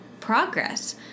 progress